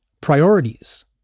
priorities